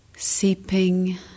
seeping